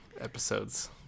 episodes